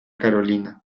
carolina